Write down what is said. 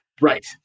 Right